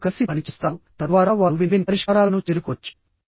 వారు కలిసి పనిచేస్తారు తద్వారా వారు విన్ విన్ పరిష్కారాలను చేరుకోవచ్చు